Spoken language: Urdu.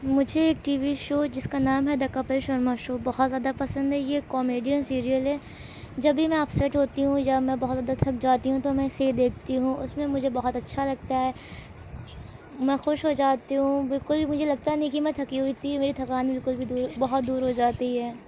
مجھے ایک ٹی وی شو جس کا نام ہے دا کپل شرما شو بہت زیادہ پسند ہے یہ کامیڈین سیریئل ہے جبھی میں اپسیٹ ہوتی ہوں یا میں بہت زیادہ تھک جاتی ہوں تو میں اسے دیکھتی ہوں اس میں مجھے بہت اچھا لگتا ہے میں خوش ہو جاتی ہوں بالکل مجھے لگتا نہیں کہ میں تھکی ہوئی تھی میری تھکان بالکل بھی دور بہت دور ہو جاتی ہے